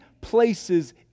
places